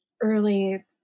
early